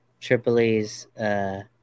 Tripoli's